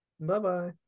Bye-bye